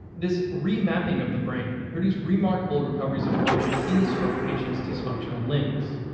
this remapping of the brain produced remarkable recoveries of function in the stroke patients' dysfunctional limbs.